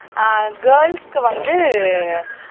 ஆ கேர்ள்ஸுக்கு வந்து